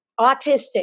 Autistic